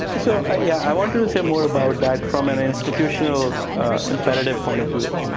so ah yeah i want you to say more about that from an institutional imperative point of view.